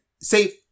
Safe